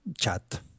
chat